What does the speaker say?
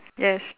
yes